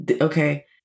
okay